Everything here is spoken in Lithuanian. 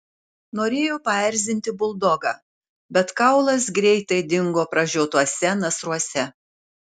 norėjo paerzinti buldogą bet kaulas greitai dingo pražiotuose nasruose